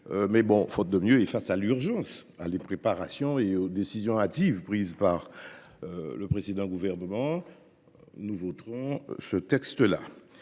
toutefois, faute de mieux et face à l’urgence, à l’impréparation et aux décisions hâtives prises par le précédent gouvernement, nous voterons ce texte.